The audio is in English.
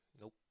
Nope